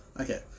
Okay